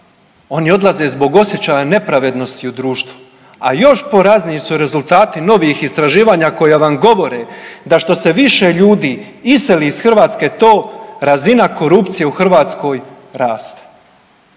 oni odlaze zbog osjećaja nepravednosti u društvu, a još porazniji su rezultati novijih istraživanja koja vam govore da što se više ljudi iseli iz Hrvatske, to razina korupcije u Hrvatskoj raste,